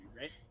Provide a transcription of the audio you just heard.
right